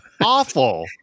awful